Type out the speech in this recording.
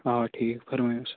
آ ٹھیٖک فرمٲیِو سا